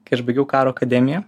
kai aš baigiau karo akademiją